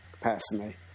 personally